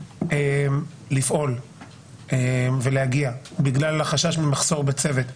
לפעול ולהגיע בגלל החשש במחסור בצוות.